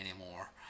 anymore